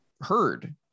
heard